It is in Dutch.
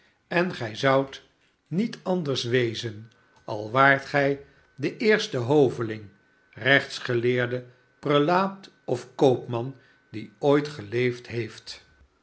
en gij zoudt met anders barnaby rudge i barnaby rudge wezen al waart gij de eerste hoveling rechtsgeleerde prelaat of koopman die ooit geleefd heeft